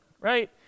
right